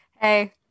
Hey